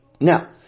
Now